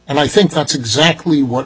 and i think that's exactly what